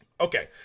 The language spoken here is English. Okay